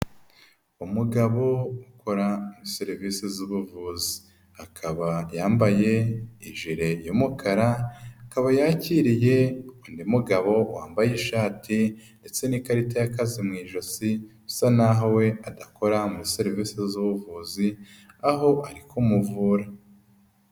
Umugabo ukora serivisi z'ubuvuzi, akaba yambaye ijire y'umukara akaba yakiriye undi mugabo wambaye ishati ndetse n'ikarita y'akazi mu ijosi usa naho we adakora muri serivisi z'ubuvuzi, aho ari kumuvura.